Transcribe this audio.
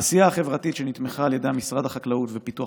העשייה החברתית שנתמכה על ידי משרד החקלאות ופיתוח